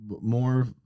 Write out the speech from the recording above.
more